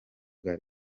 bwa